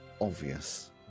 obvious